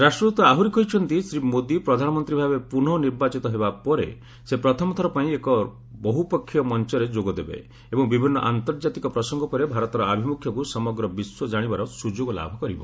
ରାଷ୍ଟ୍ରଦୃତ ଆହୁରି କହିଛନ୍ତି ଶ୍ରୀ ମୋଦି ପ୍ରଧାନମନ୍ତ୍ରୀ ଭାବେ ପୁନଃ ନିର୍ବାଚିତ ହେବା ପରେ ସେ ପ୍ରଥମ ଥର ପାଇଁ ଏକ ବହୁ ପକ୍ଷିୟ ମଞ୍ଚରେ ଯୋଗ ଦେବେ ଏବଂ ବିଭିନ୍ନ ଆନ୍ତର୍ଜାତିକ ପ୍ରସଙ୍ଗ ଉପରେ ଭାରତର ଆଭିମୁଖ୍ୟକୁ ସମଗ୍ର ବିଶ୍ୱ ଜାଣିବାର ସୁଯୋଗ ଲାଭ କରିବ